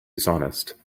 dishonest